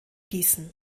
gießen